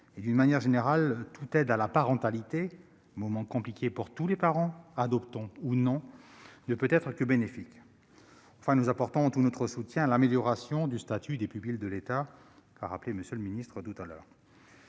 De manière générale, toute aide à la parentalité, moment compliqué pour tous les parents, adoptants ou non, ne peut être que bénéfique. Enfin, nous apportons tout notre soutien à l'amélioration du statut des pupilles de l'État. En ce qui concerne